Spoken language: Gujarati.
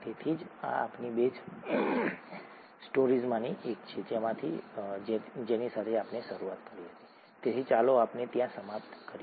તેથી આ આપણી બેઝ સ્ટોરીઝમાંની એક છે જેની સાથે આપણે શરૂઆત કરી હતી તેથી ચાલો આપણે ત્યાં સમાપ્ત કરીએ